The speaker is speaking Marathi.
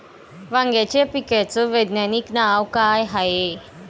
वांग्याच्या पिकाचं वैज्ञानिक नाव का हाये?